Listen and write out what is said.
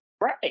Right